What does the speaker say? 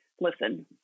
listen